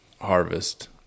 harvest